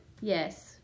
Yes